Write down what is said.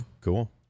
cool